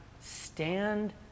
Stand